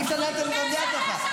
אי-אפשר לנהל את המליאה כך.